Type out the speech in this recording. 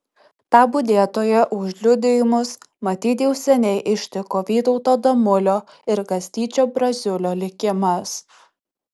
tą budėtoją už liudijimus matyt jau seniai ištiko vytauto damulio ir kastyčio braziulio likimas